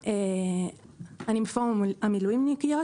אני בפורום המילואימיות,